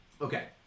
Okay